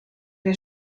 der